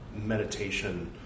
meditation